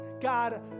God